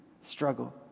struggle